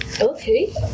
Okay